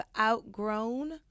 outgrown